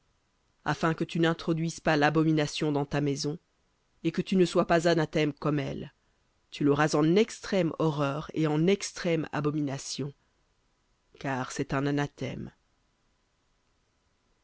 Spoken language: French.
afin que tu n'introduises pas l'abomination dans ta maison et que tu ne sois pas anathème comme elle tu l'auras en extrême horreur et en extrême abomination car c'est un anathème